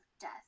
death